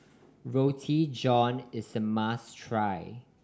Roti John is a must try